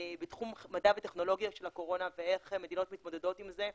מדע וטכנולוגיה של הקורונה ואיך מדינות מתמודדות עם זה,